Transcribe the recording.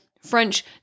French